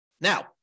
Now